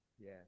Yes